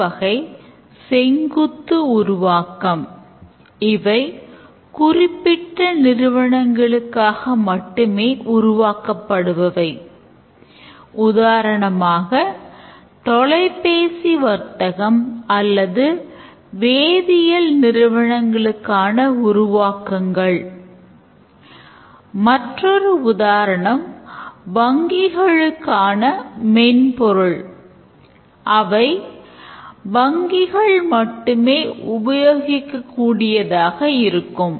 மற்றொரு வகை செங்குத்து அவை வங்கிகள் மட்டுமே உபயோகிக்க கூடியதாக இருக்கும்